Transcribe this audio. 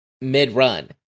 mid-run